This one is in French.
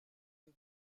une